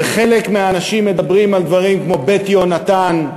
וחלק מהאנשים מדברים על דברים כמו "בית יהונתן",